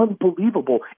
unbelievable